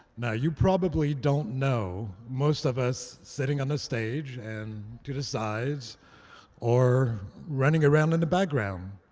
now, you probably don't know, most of us sitting on the stage and to the sides or running around in the background,